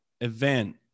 event